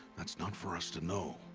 that's not for us to know.